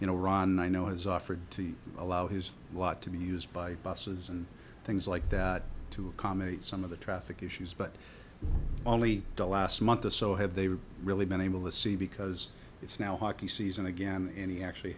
you know ron i know has offered to allow his lot to be used by buses and things like that to accommodate some of the traffic issues but only the last month or so had they were really been able to see because it's now hockey season again and he actually